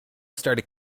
started